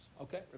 Okay